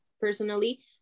personally